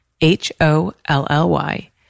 H-O-L-L-Y